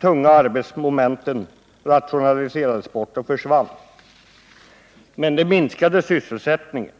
tunga, arbetsmomenten rationaliserades bort och försvann, men det minskade sysselsättningen.